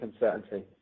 uncertainty